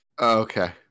okay